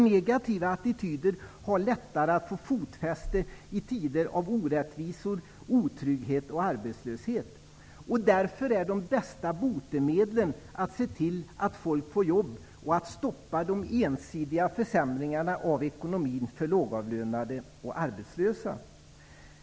Negativa attityder har lättare att få fotfäste i tider av orättvisor, otrygghet och arbetslöshet. Därför är de bästa botemedlen att se till att folk får jobb och att stoppa de ensidiga försämringarna av ekonomin för lågavlönade och arbetslösa.